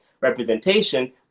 representation